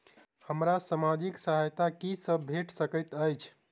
हमरा सामाजिक सहायता की सब भेट सकैत अछि?